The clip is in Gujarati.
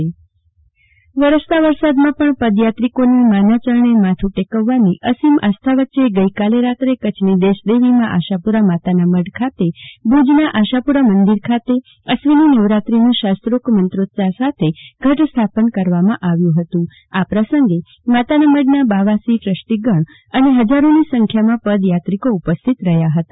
જાગૃતિ વકીલ નવરાત્રી માતાના મઢ વરસતો વરસાદણમાં પણ પદયાત્રીકોની માના ચરણે માથુ ટકાવવાની અસીમ આસ્થા વચ્ચે ગઈકાલે રાત્રે કચ્છની દેશ દેવી માં આશાપુરા માતાના મઢ ખાતે તથા ભુજના આશાપુરા મંદિર ખાતે અશ્વિની નવરાત્રી નું શાસ્ત્રોક્ત મંત્રોચ્યાર સાથે ઘટ સ્થાપન કરવામાં આવ્યું હતું આ પ્રસંગે માતાના મઢ ના બાવાશ્રી ટ્રસ્ટી ગણ અને ફજારોની સંખ્યામાં પદયાત્રિકો ઉપસ્થિત રહ્યા હતા